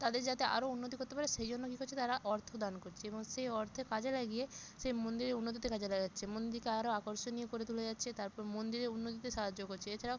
তাদের যাতে আরো উন্নতি করতে পারে সেই জন্য কী করছে তারা অর্থ দান করছে এবং সেই অর্থ কাজে লাগিয়ে সেই মন্দিরের উন্নতিতে কাজে লাগাচ্ছে মন্দিরকে আরো আকর্ষণীয় করে তুলে যাচ্ছে তারপর মন্দিরের উন্নতিতে সাহায্য করছে এছাড়াও